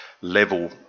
level